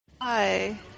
Hi